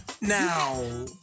Now